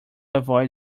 avoid